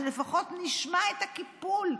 שלפחות נשמע את הקיפול,